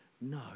no